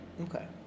Okay